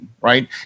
right